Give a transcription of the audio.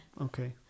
Okay